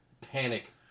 panic